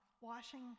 washing